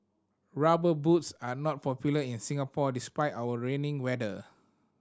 Rubber Boots are not popular in Singapore despite our rainy weather